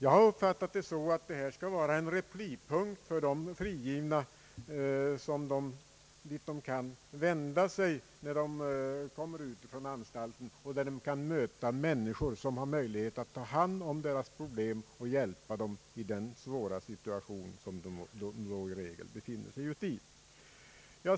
Jag har uppfattat det så att dessa lokaler skall vara en replipunkt för de frigivna, dit de kan vända sig när de kommer ut från anstalten och där de möter människor som kan ta hand om deras problem och hjälpa dem i den svåra situation som de då i regel befinner sig i.